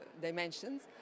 dimensions